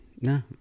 no